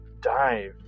dive